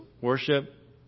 worship